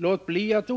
Låt bli att